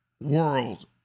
world